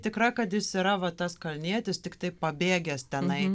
tikra kad jis yra va tas kalnietis tiktai pabėgęs tenai